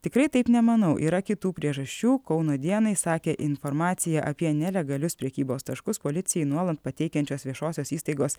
tikrai taip nemanau yra kitų priežasčių kauno dienai sakė informaciją apie nelegalius prekybos taškus policijai nuolat pateikiančios viešosios įstaigos